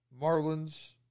Marlins